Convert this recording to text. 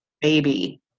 baby